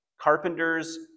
carpenters